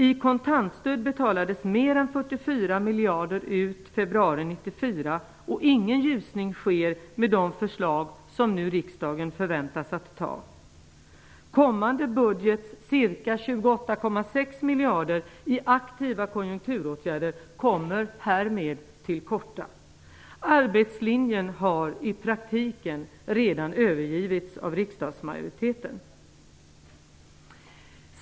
I kontantstöd betalades mer än 44 miljarder ut i februari 1993, och ingen ljusning sker med de förslag som riksdagen nu förväntas ta. Kommande budgets 28,6 miljarder i aktiva konjunkturåtgärder kommer härmed till korta. Arbetslinjen har i praktiken redan övergivits av riksdagsmajoriteten.